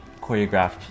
choreographed